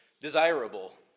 desirable